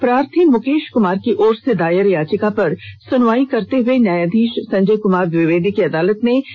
प्रार्थी मुकेश कुमार की ओर से दायर याचिका पर सुनवाई करते हुए न्यायधीश संजय कुमार द्विवेदी की अदालत ने यह निर्देश दिया